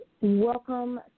Welcome